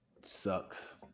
sucks